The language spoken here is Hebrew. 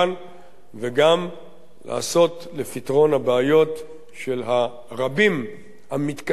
וגם לעשות לפתרון הבעיות של רבים, המתקשים עדיין,